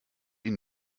ihn